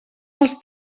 els